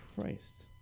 Christ